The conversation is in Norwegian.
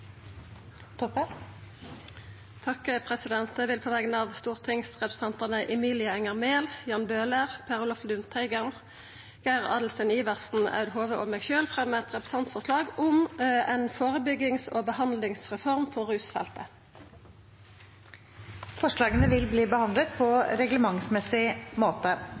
Eg vil på vegner av stortingsrepresentantane Emilie Enger Mehl, Jan Bøhler, Per Olaf Lundteigen, Geir Adelsten Iversen, Aud Hove og meg sjølv fremja eit representantforslag om ei førebyggings- og behandlingsreform på rusfeltet. Forslagene vil bli behandlet på reglementsmessig måte.